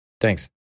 Thanks